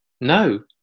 No